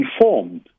informed